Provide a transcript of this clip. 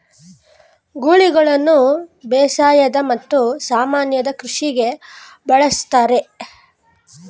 ಗೂಳಿಗಳನ್ನು ಬೇಸಾಯದ ಮತ್ತು ಸಾಮಾನ್ಯ ಕೃಷಿಗೆ ಬಳಸ್ತರೆ